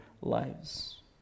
lives